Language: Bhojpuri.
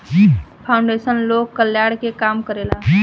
फाउंडेशन लोक कल्याण के काम करेला